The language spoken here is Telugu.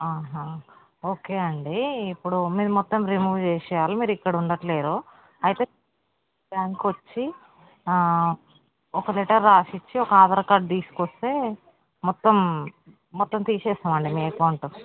ఓకే అండి ఇప్పుడు మీది మొత్తం రిమూవ్ చేసేయాలి మీరు ఇక్కడ ఉండటం లేదు అయితే బ్యాంకుకి వచ్చి ఒక లెటర్ రాసి ఇచ్చి ఒక ఆధార్ కార్డు తీసుకుని వస్తే మొత్తం మొత్తం తీసేస్తామండి మీ అకౌంటు